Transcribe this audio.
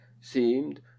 seemed